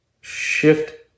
shift